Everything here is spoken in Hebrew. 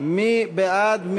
מי בעד?